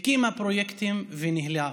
הקימה פרויקטים וניהלה אותם: